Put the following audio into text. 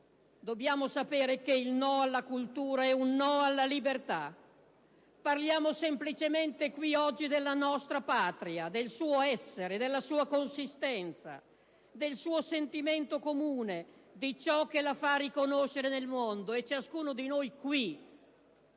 Dobbiamo sapere che il no alla cultura è un no alla libertà. Parliamo semplicemente, qui, oggi, della nostra Patria, del suo essere, della sua consistenza, del suo sentimento comune, di ciò che la fa riconoscere nel mondo. Ciascuno di noi qui